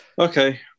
Okay